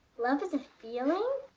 love is a feeling?